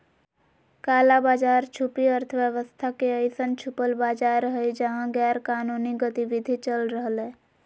काला बाज़ार छुपी अर्थव्यवस्था के अइसन छुपल बाज़ार हइ जहा गैरकानूनी गतिविधि चल रहलय